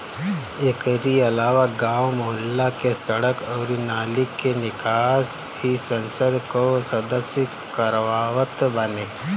एकरी अलावा गांव, मुहल्ला के सड़क अउरी नाली के निकास भी संसद कअ सदस्य करवावत बाने